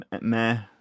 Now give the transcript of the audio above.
Meh